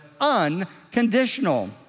unconditional